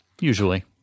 Usually